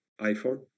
iPhone